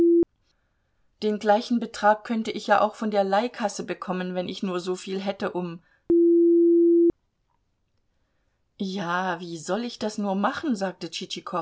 den gleichen betrag könnte ich ja auch von der leihkasse bekommen wenn ich nur so viel hätte um ja wie soll ich das nur machen sagte